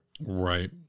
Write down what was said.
Right